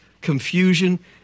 confusion